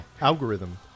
algorithm